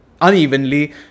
unevenly